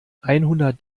einhundert